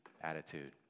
attitude